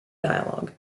dialogue